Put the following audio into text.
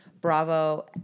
bravo